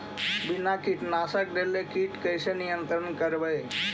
बिना कीटनाशक देले किट कैसे नियंत्रन करबै?